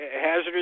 hazardous